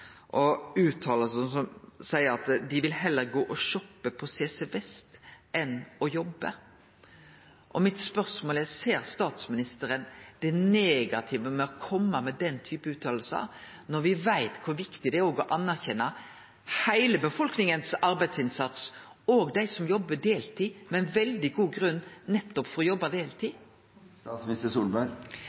som seier at dei «vil heller gå og shoppe på CC Vest enn å jobbe». Mitt spørsmål er: Ser statsministeren det negative ved å kome med den typen utsegner når me veit kor viktig det er å anerkjenne heile befolkningas arbeidsinnsats, òg dei som jobbar deltid med veldig god grunn nettopp for å